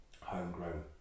homegrown